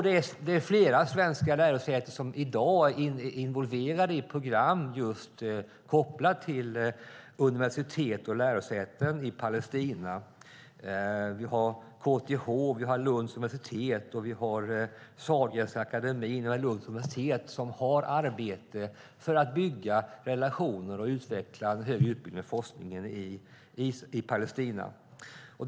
Det är flera svenska lärosäten som i dag är involverade i program kopplade till universitet och lärosäten i Palestina. KTH, Lunds universitet och Sahlgrenska akademin har arbete för att bygga relationer och utveckla den högre utbildningen och forskningen i Palestina.